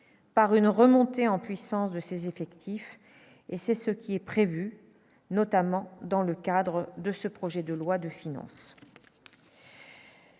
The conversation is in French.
par une remontée en puissance de ses effectifs, et c'est ce qui est prévu, notamment dans le cadre de ce projet de loi de finances.